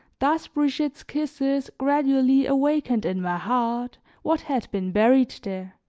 thus brigitte's kisses gradually awakened in my heart what had been buried there.